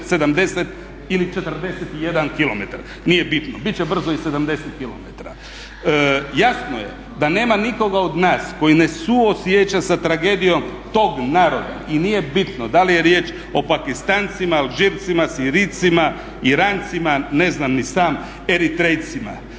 70 ili 41 kilometar, nije bitno. Bit će brzo i 70 kilometara. Jasno je da nema nikoga od nas koji ne suosjeća sa tragedijom tog narod i nije bitno da li je riječ o Pakistancima, Alžircima, Sirijcima, Irancima, ne znam ni sam Eritrejcima